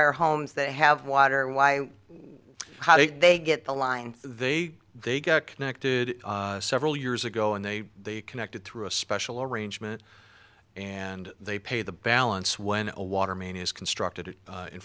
are homes they have water why how did they get the line they they got connected several years ago and they connected through a special arrangement and they paid the balance when a water main is constructed in